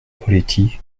poletti